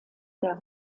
der